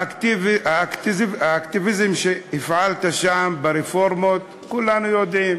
האקטיביזם שהפעלת שם ברפורמות, כולנו יודעים.